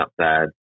outside